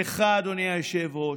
לך, אדוני היושב-ראש,